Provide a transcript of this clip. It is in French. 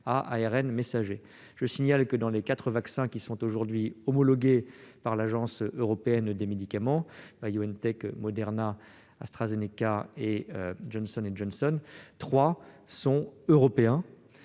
le signale, des quatre vaccins aujourd'hui homologués par l'Agence européenne des médicaments- BioNtech, Moderna, AstraZeneca et Johnson & Johnson -, trois sont européens